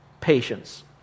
Patience